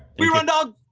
we run dogs!